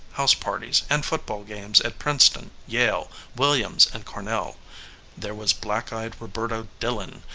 house-parties, and football games at princeton, yale, williams, and cornell there was black-eyed roberta dillon,